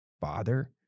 father